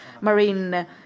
marine